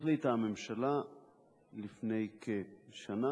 החליטה הממשלה לפני כשנה